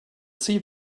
see